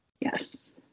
Yes